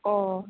अ